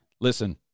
Listen